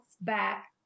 back